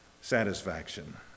satisfaction